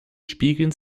spiegeln